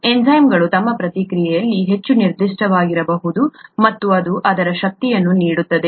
ಎನ್ಝೈಮ್ಗಳು ತಮ್ಮ ಕ್ರಿಯೆಯಲ್ಲಿ ಹೆಚ್ಚು ನಿರ್ದಿಷ್ಟವಾಗಿರಬಹುದು ಮತ್ತು ಅದು ಅದರ ಶಕ್ತಿಯನ್ನು ನೀಡುತ್ತದೆ